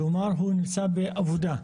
כלומר, הוא נמצא בעבודה.